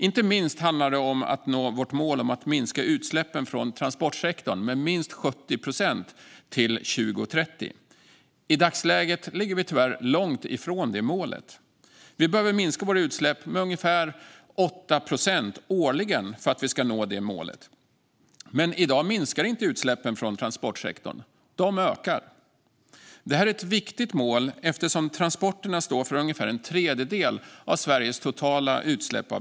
Inte minst handlar det om att nå vårt mål om att minska utsläppen från transportsektorn med minst 70 procent till 2030. I dagsläget ligger vi tyvärr långt från det målet. Vi behöver minska våra utsläpp med ungefär 8 procent årligen för nå detta mål. I dag minskar dock inte utsläppen från transportsektorn, utan de ökar. Det här är ett viktigt mål eftersom transporterna står för ungefär en tredjedel av Sveriges totala utsläpp.